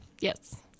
Yes